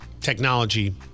technology